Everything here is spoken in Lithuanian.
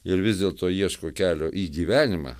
ir vis dėlto ieško kelio į gyvenimą